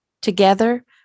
Together